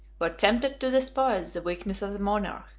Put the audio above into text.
were tempted to despise the weakness of the monarch,